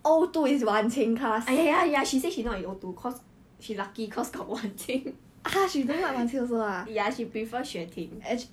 ah ya ya she say she not in O two cause she lucky cause got wan qing ya she prefer xue ting